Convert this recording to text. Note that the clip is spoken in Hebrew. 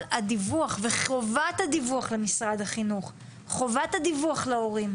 הדיווח וחובת הדיווח למשרד החינוך וחובת הדיווח להורי.